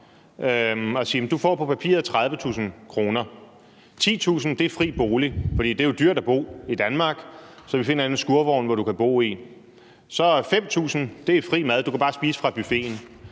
og siger, at du får på papiret 30.000 kr. 10.000 kr. er fri bolig, for det er jo dyrt at bo i Danmark, så vi finder en eller anden skurvogn, du kan bo i. Så er 5.000 kr. fri mad. Du kan bare spise fra buffeten.